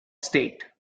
state